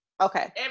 Okay